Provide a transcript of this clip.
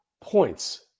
points